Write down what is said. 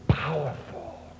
Powerful